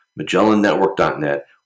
MagellanNetwork.net